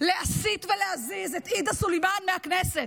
להסיט ולהזיז את עאידה סלימאן מהכנסת,